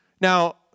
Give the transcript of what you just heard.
Now